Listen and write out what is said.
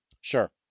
Sure